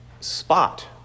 spot